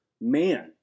man